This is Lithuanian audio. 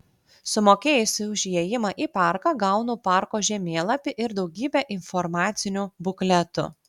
sumokėjusi už įėjimą į parką gaunu parko žemėlapį ir daugybę informacinių bukletų